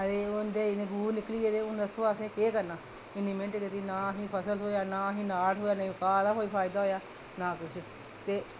ते उं'दे ओह् बूर निकली गेदे दस्सो हून असें केह् करना इन्नी मैह्नत करियै ना असेंगी फसल थ्होएआ ना असेंगी नाड़ थ्होएआ नेईं घाऽ दा फायदा होएआ ना किश ते